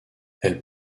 elles